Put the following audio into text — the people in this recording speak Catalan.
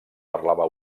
parlava